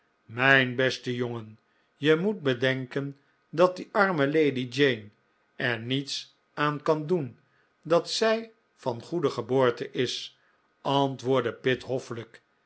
mijn beste jongen je moet bedenken dat die arme lady jane er niets aan kan doen dat zij van goede geboorte is antwoordde pitt hoffelijk